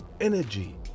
Energy